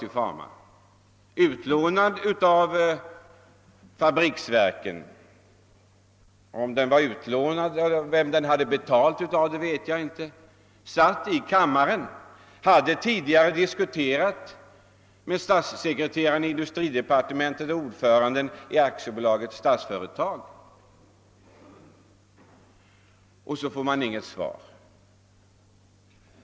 Han var utlånad av fabriksverket, antar jag — men jag vet förstås inte vem han fick sin lön av. Den mannen hade tidigare diskuterat med statssekreteraren i industridepartementet och med ordföranden i Statsföretag AB. Men ändå fick jag inget svar.